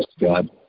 God